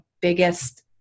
biggest